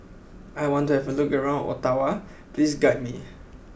I want to have a look around Ottawa please guide me